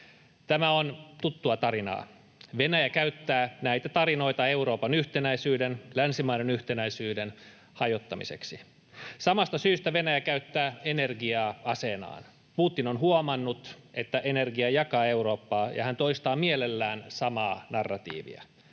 Tämä on tuttua tarinaa — Venäjä käyttää näitä tarinoita Euroopan yhtenäisyyden, länsimaiden yhtenäisyyden, hajottamiseksi. Samasta syystä Venäjä käyttää energiaa aseenaan. Putin on huomannut, että energia jakaa Eurooppaa, ja hän toistaa mielellään samaa narratiivia,